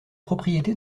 propriété